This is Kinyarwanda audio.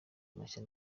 mashya